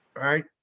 Right